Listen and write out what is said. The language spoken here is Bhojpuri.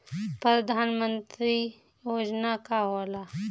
परधान मंतरी योजना का होला?